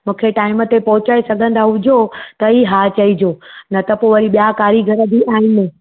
मूंखे टाइम ते पहुचाए सघंदा हुजो त ई हा चइजो न त पोइ वरी ॿिया कारीगर बि आहिनि